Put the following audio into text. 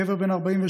גבר בן 47,